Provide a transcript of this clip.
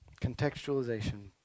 Contextualization